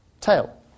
tail